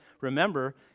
remember